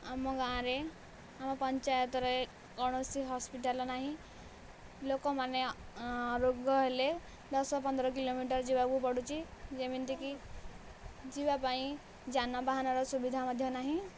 ଆମ ଗାଁରେ ଆମ ପଞ୍ଚାୟତରେ କୌଣସି ହସ୍ପିଟାଲ ନାହିଁ ଲୋକମାନେ ରୋଗ ହେଲେ ଦଶ ପନ୍ଦର କିଲୋମିଟର ଯିବାକୁ ପଡ଼ୁଛି ଯେମିତି କି ଯିବା ପାଇଁ ଯାନବାହାନର ସୁବିଧା ମଧ୍ୟ ନାହିଁ